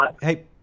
Hey